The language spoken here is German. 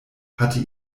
hatte